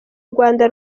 rwanda